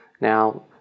Now